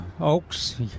oaks